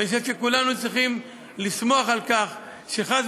ואני חושב שכולנו צריכים לשמוח על כך שחס